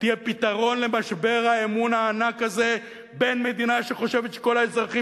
יהיה פתרון למשבר האמון הענק הזה בין מדינה שחושבת שכל האזרחים